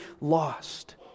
lost